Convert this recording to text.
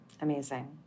Amazing